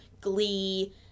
Glee